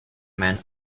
man